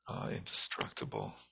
Indestructible